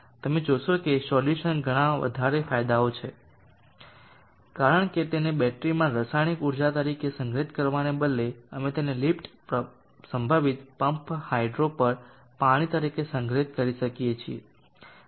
તમે જોશો કે સોલ્યુશન ઘણા વધારે ફાયદાઓ છે કારણ કે તેને બેટરીમાં રાસાયણિક ઊર્જા તરીકે સંગ્રહિત કરવાને બદલે અમે તેને લિફ્ટ સંભવિત પમ્પ હાઈડ્રો પર પાણી તરીકે સંગ્રહિત કરી શકીએ છીએ